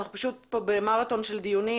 אנחנו פשוט פה במרתון של דיונים,